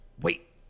Wait